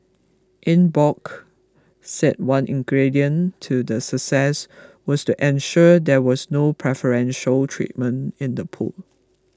Eng Bock said one ingredient to the success was to ensure there was no preferential treatment in the pool